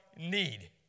need